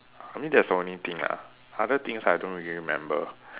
I mean that's the only thing lah other things I don't really remember